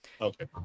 Okay